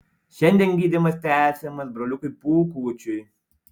šiandien gydymas tęsiamas broliukui pūkučiui